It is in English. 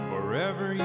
Forever